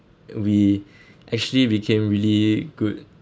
we actually became really good